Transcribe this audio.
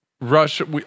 Russia